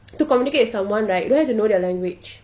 to communicate with someone right you don't have to know their language